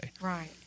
Right